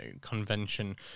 convention